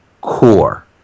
core